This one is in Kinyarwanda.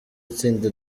itsinda